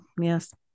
yes